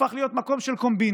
הפך להיות מקום של קומבינות,